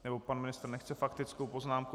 Nebo pan ministr nechce faktickou poznámku?